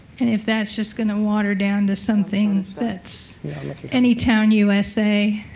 and if that's just going to water down to something that's anytown, usa.